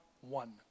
one